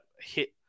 hit